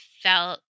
felt